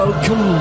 Welcome